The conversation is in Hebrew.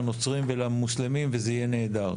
לנוצרים ולמוסלמים וזה יהיה נהדר,